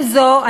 עם זאת,